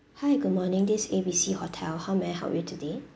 hi good morning this is A B C hotel how may I help you today